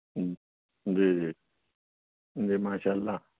جی جی جی ماشاء اللہ